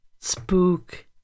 spook